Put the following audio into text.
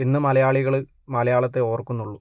ഇന്ന് മലയാളികൾ മലയാളത്തെ ഓര്ക്കുന്നുള്ളൂ